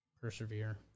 Persevere